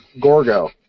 Gorgo